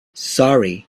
sorry